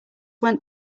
went